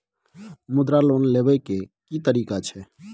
मुद्रा लोन लेबै के की तरीका छै?